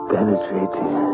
Penetrating